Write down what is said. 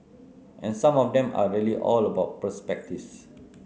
and some of them are really all about perspectives